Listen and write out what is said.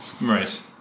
Right